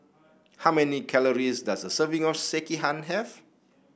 how many calories does a serving of Sekihan have